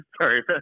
Sorry